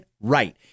right